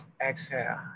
exhale